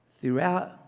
Throughout